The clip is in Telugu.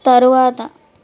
తరువాత